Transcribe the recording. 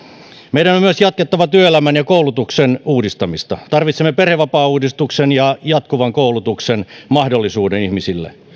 meidän on myös jatkettava työelämän ja koulutuksen uudistamista tarvitsemme perhevapaauudistuksen ja jatkuvan koulutuksen mahdollisuuden ihmisille